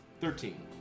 Thirteen